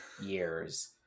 years